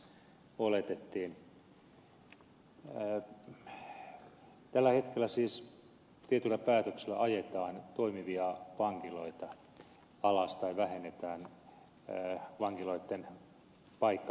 tällä hetkellä siis tietyillä päätöksillä ajetaan toimivia vankiloita alas tai vähennetään vankiloitten paikkamääriä